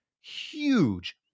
huge